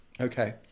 Okay